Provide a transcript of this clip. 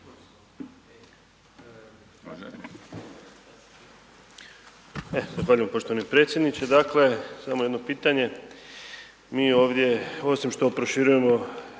zahvaljujem poštovani predsjedniče. Dakle, samo jedno pitanje. Mi ovdje osim što proširujemo